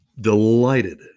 delighted